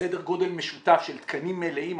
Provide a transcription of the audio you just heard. סדר גודל משותף של תקנים מלאים,